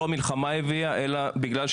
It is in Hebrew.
באילת יש.